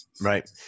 Right